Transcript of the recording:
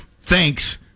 Thanks